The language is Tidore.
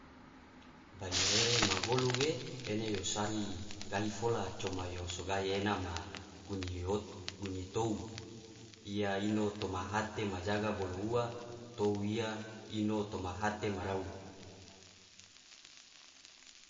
Bairere ma golu ge, ene yo sari gahi fola coma yo so gahi ena ma gunyihi tou iya ino toma hate majaga bolo ua tou iya ino toma hate marau.